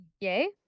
Yay